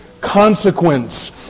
consequence